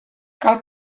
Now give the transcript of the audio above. cal